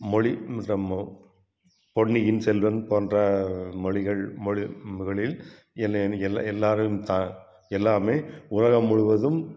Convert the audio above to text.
மொழி பொன்னியின் செல்வன் போன்ற மொழிகள் மொழி என்னை நீங்கள் எல்லாம் எல்லோரும் சா எல்லாமே உலக முழுவதும்